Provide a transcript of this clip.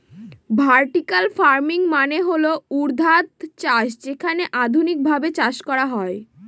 vertical farming মানে হল ঊর্ধ্বাধ চাষ যেখানে আধুনিকভাবে চাষ করা হয়